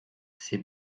ces